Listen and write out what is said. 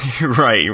Right